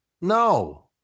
No